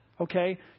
okay